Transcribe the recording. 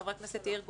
חבר הכנסת יאיר גולן,